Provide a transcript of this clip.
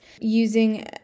using